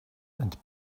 and